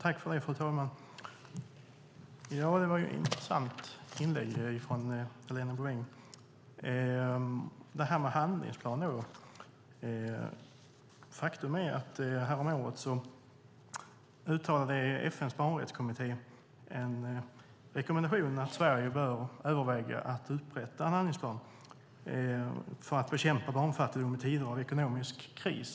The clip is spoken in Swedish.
Fru talman! Det var ett intressant inlägg från Helena Bouveng. Faktum är att FN:s barnrättskommitté häromåret uttalade en rekommendation till Sverige att man bör överväga att upprätta en handlingsplan för att bekämpa barnfattigdom i tider av ekonomisk kris.